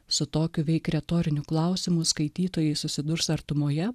su tokiu veik retoriniu klausimu skaitytojai susidurs artumoje